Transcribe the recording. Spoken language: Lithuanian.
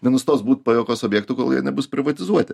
nenustos būt pajuokos objektu kol nebus privatizuoti